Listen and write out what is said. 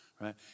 right